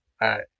right